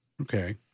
Okay